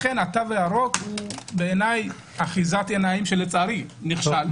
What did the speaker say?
התו הירוק בעיניי אחיזת עיניים שלצערי נכשל.